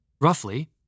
Roughly